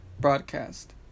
broadcast